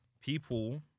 people